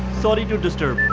sorry to disturb